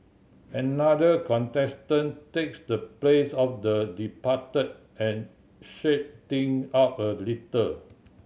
another contestant takes the place of the departed and shake thing up a little